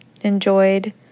enjoyed